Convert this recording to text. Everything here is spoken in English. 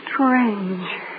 Strange